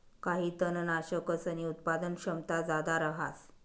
काही तननाशकसनी उत्पादन क्षमता जादा रहास